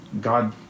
God